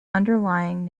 underlying